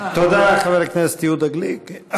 תודה לחבר הכנסת יהודה גליק.